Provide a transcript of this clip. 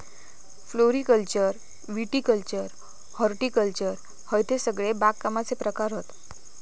floriculture viticulture horticulture हयते सगळे बागकामाचे प्रकार हत